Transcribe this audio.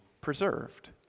preserved